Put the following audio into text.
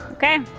okay.